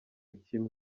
kimwe